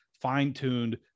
fine-tuned